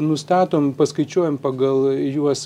nustatom paskaičiuojam pagal juos